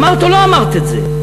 אמרת או לא אמרת את זה?